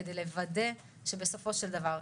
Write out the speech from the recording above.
כדי לוודא שבסופו של דבר,